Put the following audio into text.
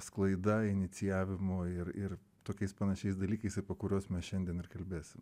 sklaida inicijavimu ir ir tokiais panašiais dalykais apie kuriuos mes šiandien ir kalbėsim